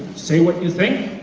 say what you think,